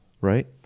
right